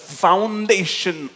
foundation